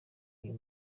uyu